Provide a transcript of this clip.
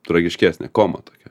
tragiškesnė koma tokia